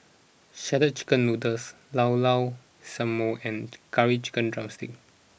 Shredded Chicken Noodles Llao Llao Sanum and Curry Chicken Drumstick